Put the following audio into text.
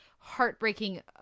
heartbreaking